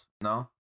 No